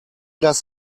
das